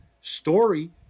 story